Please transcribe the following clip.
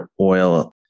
oil